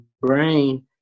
brain